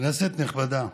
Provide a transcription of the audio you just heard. כנסת נכבדה,